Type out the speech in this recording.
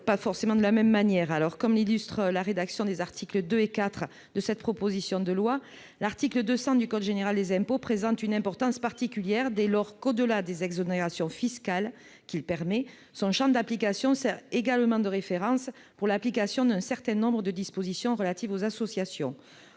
La parole est à Mme Maryse Carrère. Comme l'illustre la rédaction des articles 2 et 4 de cette proposition de loi, l'article 200 du code général des impôts présente une importance particulière dès lors que, au-delà des exonérations fiscales qu'il permet, son champ d'application sert également de référence pour l'application d'un certain nombre de dispositions relatives aux associations.